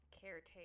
caretaker